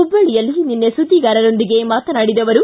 ಹುಬ್ಲಳ್ಳಿಯಲ್ಲಿ ನಿನ್ನೆ ಸುದ್ಗಿಗಾರರೊಂದಿಗೆ ಮಾತನಾಡಿದ ಅವರು